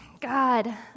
God